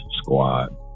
squad